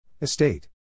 Estate